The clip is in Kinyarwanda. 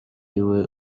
iwe